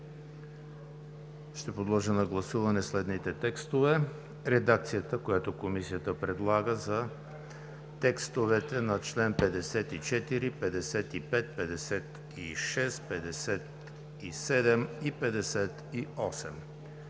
Ще подложа на гласуване следните текстове в редакцията, която Комисията предлага за членове 54, 55, 56, 57 и 58.